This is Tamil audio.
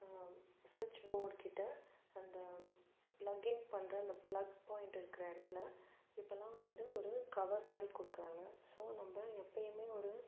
ஸ்விட்ச் போர்டுகிட்ட அந்த ப்ளக்கிங் பண்ணுற அந்த ப்ளக் பாயிண்ட் இருக்கிற இடத்துல இப்போலாம் வந்து ஒரு கவர் மாதிரி கொடுக்குறாங்க ஸோ நம்ம எப்போயுமே ஒரு